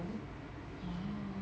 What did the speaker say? oh